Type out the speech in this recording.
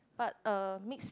but uh mix